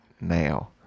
now